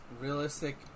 Realistic